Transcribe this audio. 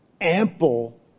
ample